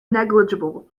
negligible